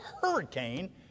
hurricane